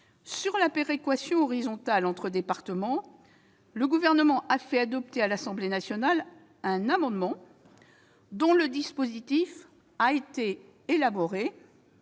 de la péréquation horizontale entre départements, le Gouvernement a fait adopter par l'Assemblée nationale un amendement dont le dispositif- je tiens